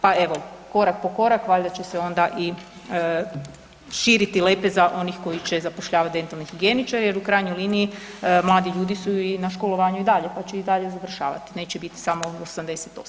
Pa evo korak po korak, valjda će se onda i širiti lepeza onih koji će zapošljavati dentalne higijeničare jer u krajnjoj liniji mladi ljudi su i na školovanju i dalje, pa će i dalje završavati, neće biti samo 88.